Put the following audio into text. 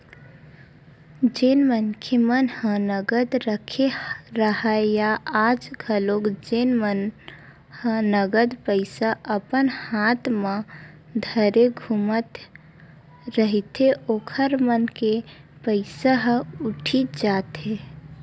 जेन मनखे मन ह नगद रखे राहय या आज घलोक जेन मन ह नगद पइसा अपन हात म धरे घूमत रहिथे ओखर मन के पइसा ह उठी जाथे